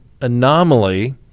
anomaly